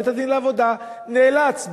ובית-הדין לעבודה נאלץ,